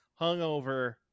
hungover